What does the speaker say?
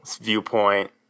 viewpoint